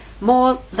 more